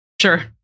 Sure